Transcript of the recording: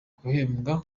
bahembwe